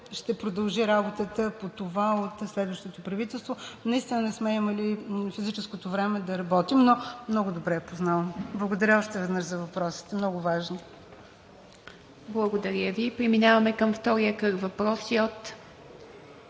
ще продължи работата по това от следващото правителство. Наистина не сме имали физическото време да работим, но много добре я познавам. Благодаря още веднъж за въпросите, много важни. ПРЕДСЕДАТЕЛ ИВА МИТЕВА: Благодаря Ви. Преминаваме към втория кръг въпроси.